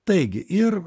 taigi ir